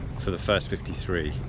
for the first fifty three.